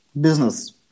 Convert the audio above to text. business